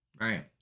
Right